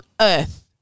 earth